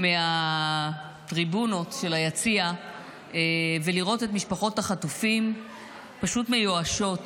מהטריבונות של היציע ולראות את משפחות החטופים פשוט מיואשות,